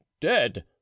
dead